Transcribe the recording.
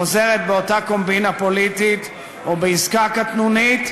חוזרת באותה קומבינה פוליטית ובעסקה קטנונית,